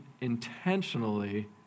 intentionally